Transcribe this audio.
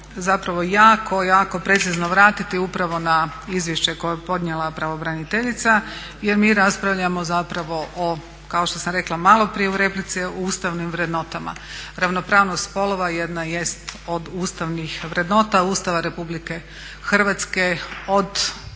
zapravo jako, jako precizno vratiti upravo na izvješće koje je podnijela pravobraniteljica jer mi raspravljamo zapravo o kao što sam rekla malo prije u replici o ustavnim vrednotama. Ravnopravnost spolova jedna jest od ustavnih vrednota Ustava Republike Hrvatske od